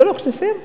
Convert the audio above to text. לא, לא, כשתסיים.